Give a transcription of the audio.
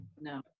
No